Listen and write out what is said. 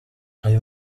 uyu